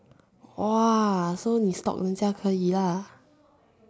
!wah! so 你 stalk 人家可以 lah